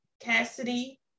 Cassidy